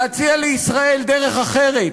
להציע לישראל דרך אחרת,